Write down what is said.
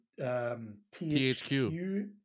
THQ